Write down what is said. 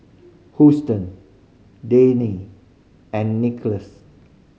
Huston and